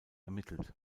ermittelt